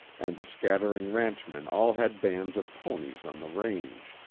and the scattering ranchmen all had bands of ponies on the range.